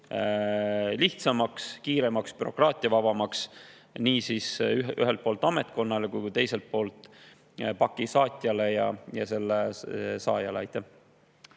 lihtsamaks, kiiremaks ja bürokraatiavabamaks nii ühelt poolt ametkonnale kui ka teiselt poolt paki saatjale ja selle saajale. Aitäh!